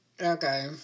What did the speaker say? Okay